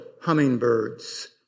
hummingbirds